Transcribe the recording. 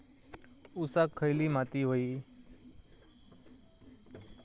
ऊसाक खयली माती व्हयी?